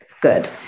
good